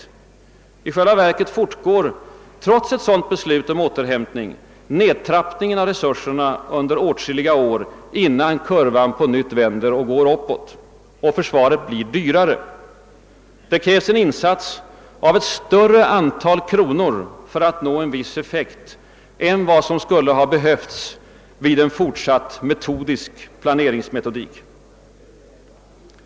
I själva verket fortgår, trots ett sådant beslut, nedtrappningen av våra resurser åtskilliga år, innan kurvan på nytt vänder. Och försvaret blir dyrare. Det krävs en insats av ett större antal kronor för en viss effekt än vad som skulle ha behövts vid en fortsatt metodisk planeringsmetodik.